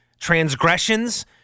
transgressions